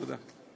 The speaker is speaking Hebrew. תודה.